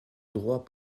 droit